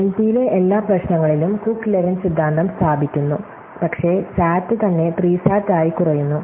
എൻപിയിലെ എല്ലാ പ്രശ്നങ്ങളിലും Cook Levin സിദ്ധാന്തം സ്ഥാപിക്കുന്നു പക്ഷേ സാറ്റ് തന്നെ 3 സാറ്റായി കുറയുന്നു